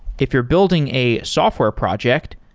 if you're building a software project,